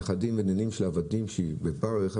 נכדים ונינים של עבדים שעבדו בפרך,